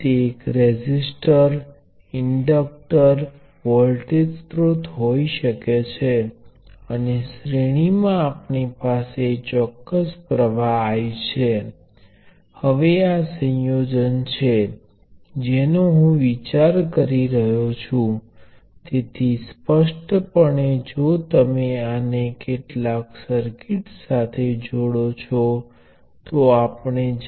જો વિશ્લેષણ દરમિયાન અમે બે અલગ નોડ્સ નો વિચાર કર્યો હોત અને તેમની વચ્ચે શોર્ટ સર્કિટ થાય છે તો આ બધા શક્ય છે